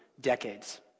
decades